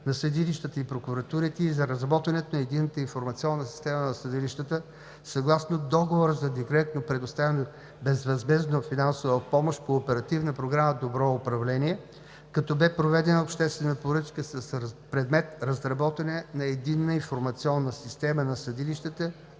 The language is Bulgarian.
на съдилищата и прокуратурите“ и за разработването на Единната информационна система на съдилищата съгласно Договора за директно предоставяне на безвъзмездна финансова помощ по Оперативна програма „Добро управление“, като бе проведена обществена поръчка с предмет „Разработване на Единна информационна система на съдилищата“